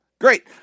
Great